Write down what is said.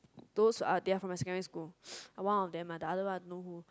those are they are from my secondary school uh one of them ah the other one I don't know who